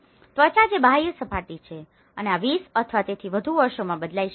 ત્વચા જે બાહ્ય સપાટી છે અને આ 20 અથવા તેથી વધુ વર્ષોમાં બદલાઈ શકે છે